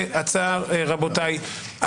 רבותיי,